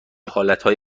حالتهای